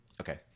Okay